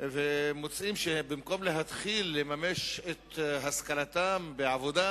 ומוצאים שבמקום להתחיל לממש את השכלתם בעבודה,